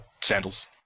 sandals